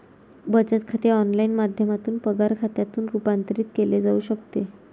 बचत खाते ऑनलाइन माध्यमातून पगार खात्यात रूपांतरित केले जाऊ शकते